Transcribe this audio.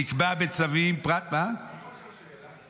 נקבע בצווים --- אפשר לשאול אותך שאלה?